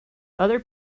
other